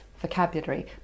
vocabulary